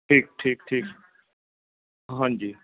ਠੀਕ ਠੀਕ ਠੀਕ ਹਾਂਜੀ